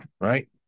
Right